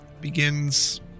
begins